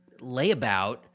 layabout